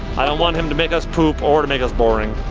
i don't want him to make us poop or to make us boring.